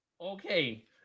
okay